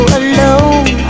alone